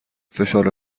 فشار